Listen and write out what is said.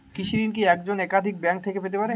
কৃষিঋণ কি একজন একাধিক ব্যাঙ্ক থেকে পেতে পারে?